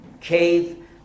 cave